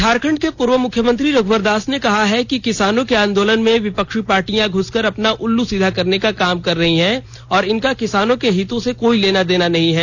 झारखंड के पूर्व मुख्यमंत्री रघुवर दास ने कहा है कि किसानों के आंदोलन में विपक्षी पार्टियां घ्सकर अपना उल्लू सीधा करने का काम कर रही हैं और इनका किसानों के हितों से कोई लेना देना ही नहीं है